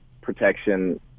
protection